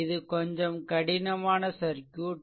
இது கொஞ்சம் கடினமான சர்க்யூட்